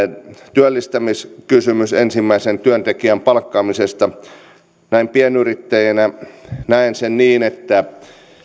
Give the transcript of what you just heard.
työllistämiskysymys ensimmäisen työntekijän palkkaamisesta näin pienyrittäjänä näen sen niin että